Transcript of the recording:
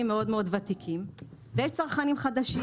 מאוד-מאוד ותיקים ויש צרכנים חדשים.